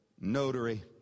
notary